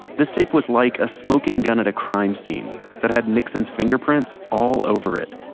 this tape was like a smoking gun at a crime scene that had nixon's fingerprints all over it